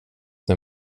när